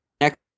next